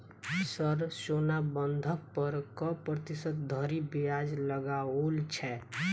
Sir सोना बंधक पर कऽ प्रतिशत धरि ब्याज लगाओल छैय?